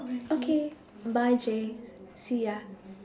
okay bye J see ya